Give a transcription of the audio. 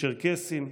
צ'רקסים,